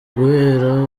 guhera